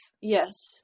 Yes